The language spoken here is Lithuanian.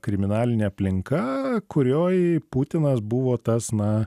kriminalinė aplinka kurioj putinas buvo tas na